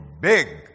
big